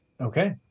Okay